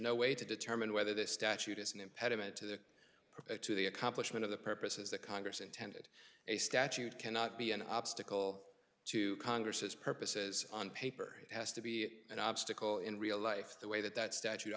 no way to determine whether this statute is an impediment to the a to the accomplishment of the purposes that congress intended a statute cannot be an obstacle to congress's purposes on paper has to be an obstacle in real life the way that that statute